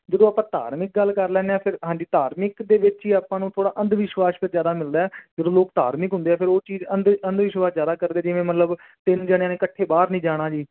ਜਦੋਂ ਆਪਾਂ ਧਾਰਮਿਕ ਗੱਲ ਕਰ ਲੈਂਦੇ ਹਾਂ ਫਿਰ ਹਾਂਜੀ ਧਾਰਮਿਕ ਦੇ ਵਿੱਚ ਹੀ ਆਪਾਂ ਨੂੰ ਥੋੜ੍ਹਾ ਅੰਧ ਵਿਸ਼ਵਾਸ ਫਿਰ ਜ਼ਿਆਦਾ ਮਿਲਦਾ ਜਦੋਂ ਲੋਕ ਧਾਰਮਿਕ ਹੁੰਦੇ ਆ ਫਿਰ ਉਹ ਚੀਜ਼ ਅੰਧ ਅੰਧ ਵਿਸ਼ਵਾਸ ਜ਼ਿਆਦਾ ਕਰਦੇ ਜਿਵੇਂ ਮਤਲਬ ਤਿੰਨ ਜਣਿਆਂ ਨੇ ਇਕੱਠੇ ਬਾਹਰ ਨਹੀਂ ਜਾਣਾ ਜੀ